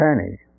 Penny